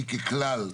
ככלל,